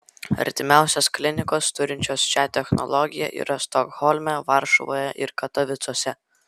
artimiausios klinikos turinčios šią technologiją yra stokholme varšuvoje ir katovicuose